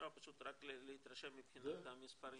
רק להתרשם מבחינת המספרים.